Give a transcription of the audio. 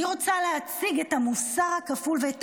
אני רוצה להציג את המוסר הכפול ואת